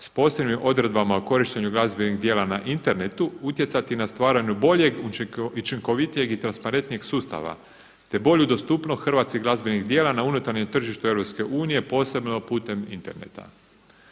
s posebnim odredbama o korištenju glazbenih djela na internetu utjecati na stvaranju boljeg, učinkovitijeg i transaprentnijeg sustava, te bolju dostupnost hrvatskih glazbenih djela na unutarnjem tržištu EU posebno putem interneta.